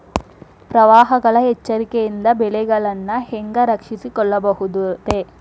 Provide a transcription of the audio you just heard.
ಪ್ರವಾಹಗಳ ಎಚ್ಚರಿಕೆಯಿಂದ ಬೆಳೆಗಳನ್ನ ಹ್ಯಾಂಗ ರಕ್ಷಿಸಿಕೊಳ್ಳಬಹುದುರೇ?